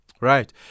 right